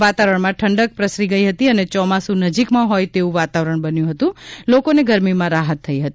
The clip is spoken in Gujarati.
વાતાવરણમાં ઠંડક પ્રસરવા પામી છે અને ચોમાસું નજીકમાં હોય તેવું વાતાવરણ બન્યું હતું લોકોને ગરમીમાં રાહત થઈ હતી